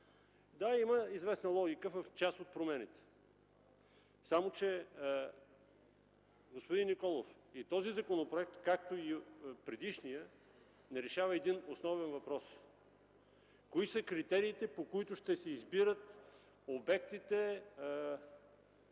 Да, има известна логика в част от промените. Само че, господин Николов, и този законопроект, както и предишният не решава един основен въпрос: кои са критериите, по които ще се избират обектите,